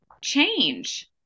change